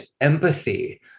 empathy